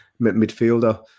midfielder